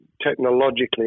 technologically